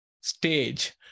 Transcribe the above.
stage